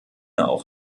auch